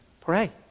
pray